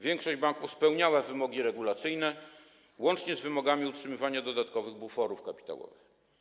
Większość banków spełniała wymogi regulacyjne, łącznie z wymogami utrzymywania dodatkowych buforów kapitałowych.